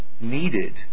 needed